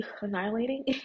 annihilating